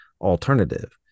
alternative